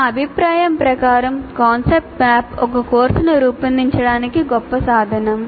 నా అభిప్రాయం ప్రకారం కాన్సెప్ట్ మ్యాప్ ఒక కోర్సును రూపొందించడానికి గొప్ప సాధనం